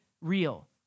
real